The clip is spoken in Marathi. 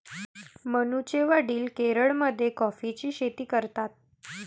मनूचे वडील केरळमध्ये कॉफीची शेती करतात